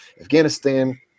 Afghanistan